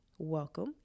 welcome